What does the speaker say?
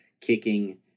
kicking